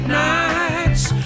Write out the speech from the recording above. nights